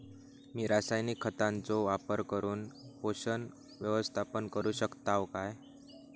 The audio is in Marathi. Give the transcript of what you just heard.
मी रासायनिक खतांचो वापर करून पोषक व्यवस्थापन करू शकताव काय?